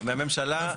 מהממשלה.